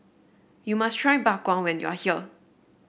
you must try Bak Chang when you are here